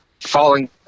falling